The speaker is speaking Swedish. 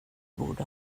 borde